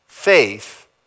Faith